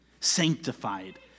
sanctified